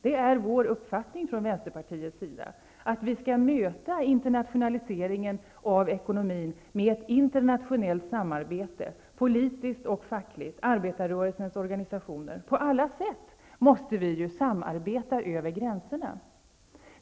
Det är Vänsterpartiets uppfattning att vi skall möta internationaliseringen av ekonomin med ett internationellt samarbete, politiskt och fackligt, med arbetarrörelsens organisationer. På alla sätt måste vi ju samarbeta över gränserna.